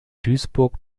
duisburg